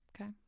Okay